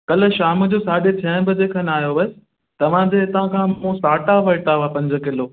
कल्ह शाम जो साढे छहें बजे खनि आहियो हुउसि तव्हां जे हितां खां मूं साटा वरिता हुआ पंज किलो